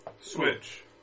Switch